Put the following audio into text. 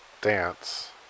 dance